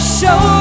show